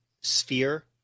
sphere